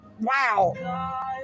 Wow